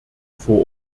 vor